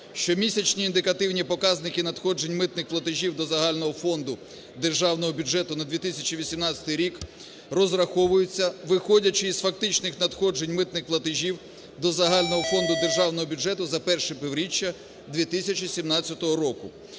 щомісячні індикативні показники надходжень митних платежів до загального фонду Державного бюджету на 2018 рік розраховуються, виходячи із фактичних надходжень митних платежів до загального фонду Державного бюджету за перше півріччя 2017 року,